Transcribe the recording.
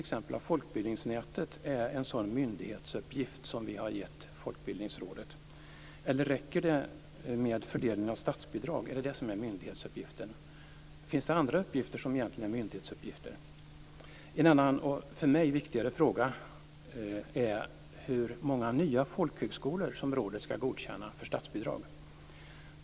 Är folkbildningsnätet en sådan myndighetsuppgift som vi har gett Folkbildningsrådet, eller räcker det med fördelningen av statsbidrag som myndighetsuppgift? Finns det andra uppgifter som egentligen är myndighetsuppgifter? En annan och för mig viktigare fråga är hur många nya folkhögskolor som rådet skall godkänna för statsbidrag.